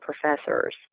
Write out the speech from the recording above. professors